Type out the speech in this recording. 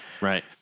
Right